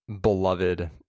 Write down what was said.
beloved